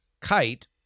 Kite